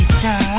sir